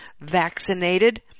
vaccinated